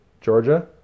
Georgia